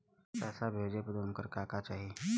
पैसा भेजे बदे उनकर का का चाही?